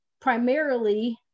primarily